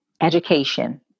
education